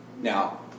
Now